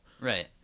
right